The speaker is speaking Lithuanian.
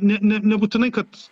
ne ne nebūtinai kad